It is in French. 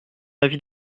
avis